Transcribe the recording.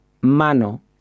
Mano